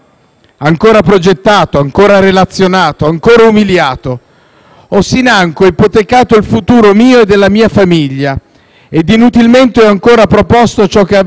ho financo ipotecato il futuro mio e della mia famiglia, ed inutilmente ho ancora proposto ciò che avrebbe positivamente risolto, solo lo si fosse voluto».